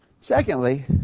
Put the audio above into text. Secondly